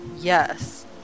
yes